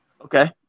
Okay